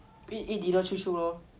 eat dinner chill chill lor